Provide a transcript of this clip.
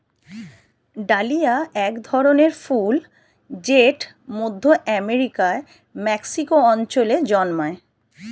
dahlia এক ধরনের ফুল জেট মধ্য আমেরিকার মেক্সিকো অঞ্চলে জন্মায়